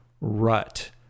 rut